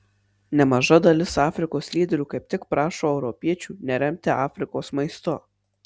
nemaža dalis afrikos lyderių kaip tik prašo europiečių neremti afrikos maistu